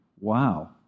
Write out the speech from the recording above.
Wow